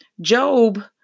Job